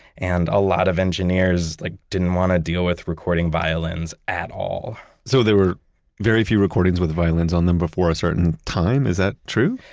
and a lot of engineers like didn't want to deal with recording violins at all so there were very few recordings with violins on them before a certain time. is that true?